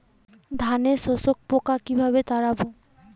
ধানে শোষক পোকা কিভাবে তাড়াব?